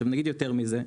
יתרה מזו,